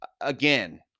Again